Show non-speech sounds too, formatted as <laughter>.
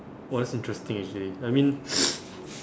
!wah! that's interesting actually I mean <noise>